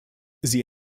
sie